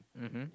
mmhmm